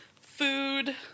food